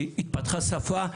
התפתחה שפה,